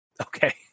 Okay